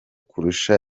kurusha